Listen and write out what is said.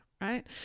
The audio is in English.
right